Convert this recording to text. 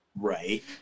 Right